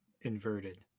inverted